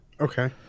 okay